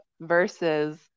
versus